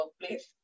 workplace